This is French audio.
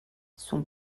son